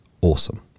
awesome